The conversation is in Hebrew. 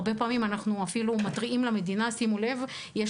הרבה פעמים אנחנו אפילו מתריעים מדינות שישימו לב שיש